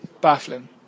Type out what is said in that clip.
Baffling